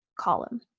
column